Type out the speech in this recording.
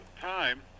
time